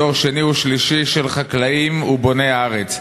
דור שני ושלישי של חקלאים ובוני הארץ.